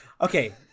Okay